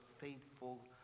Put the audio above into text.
faithful